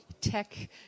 tech